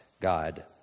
God